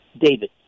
David